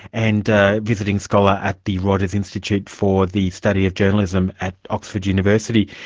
and visiting scholar at the reuters institute for the study of journalism at oxford university.